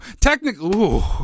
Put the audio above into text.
technically